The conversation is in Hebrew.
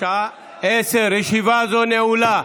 בשעה 10:00. ישיבה זו נעולה.